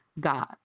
God